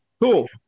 Cool